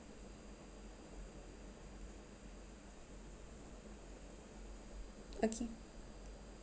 okay